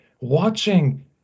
watching